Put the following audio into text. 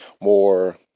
more